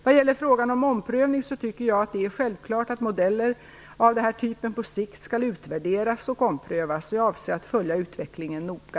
Vad gäller frågan om omprövning tycker jag att det är självklart att modeller av den här typen på sikt skall utvärderas och omprövas. Jag avser att följa utvecklingen noga.